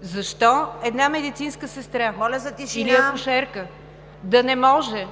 за тишина! НИГЯР ДЖАФЕР: …или акушерка да не може